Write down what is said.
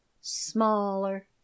smaller